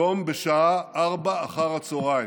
היום בשעה 16:00,